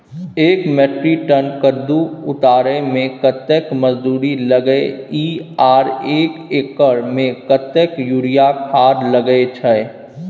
एक metric tonne कद्दू उतारे में कतेक मजदूरी लागे इ आर एक एकर में कतेक यूरिया खाद लागे छै?